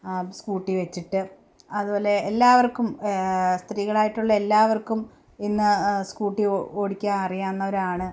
scooty വെച്ചിട്ട് അതുപോലെ എല്ലാവർക്കും സ്ത്രീകളായിട്ടുള്ള എല്ലാവർക്കും ഇന്ന് സ്കൂട്ടി ഓടിക്കാൻ അറിയാവുന്നവരാണ്